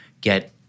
get